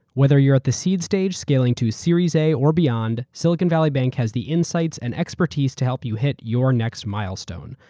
whether you're at the seed stage, scaling to series a, or beyond, silicon valley bank has the insights and expertise to help you hit your next milestone.